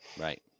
right